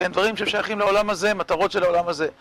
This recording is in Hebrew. דברים ששייכים לעולם הזה, מטרות של העולם הזה.